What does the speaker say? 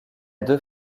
deux